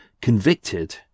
convicted